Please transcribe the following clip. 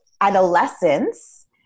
adolescence